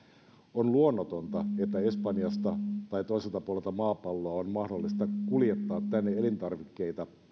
on luonnotonta että espanjasta tai toiselta puolelta maapalloa on mahdollista kuljettaa tänne elintarvikkeita